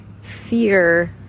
fear